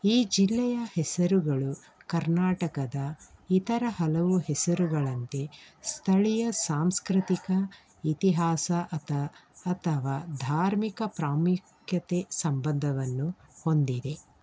ಈ ಜಿಲ್ಲೆಯ ಹೆಸರುಗಳು ಕರ್ನಾಟಕದ ಇತರ ಹಲವು ಹೆಸರುಗಳಂತೆ ಸ್ಥಳೀಯ ಸಾಂಸ್ಕೃತಿಕ ಇತಿಹಾಸ ಅತ ಅಥವಾ ಧಾರ್ಮಿಕ ಪ್ರಾಮುಖ್ಯತೆ ಸಂಬಂಧವನ್ನು ಹೊಂದಿದೆ